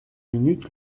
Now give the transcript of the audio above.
minutes